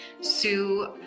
Sue